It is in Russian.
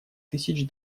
тысяч